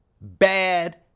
bad